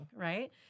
right